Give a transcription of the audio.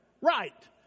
Right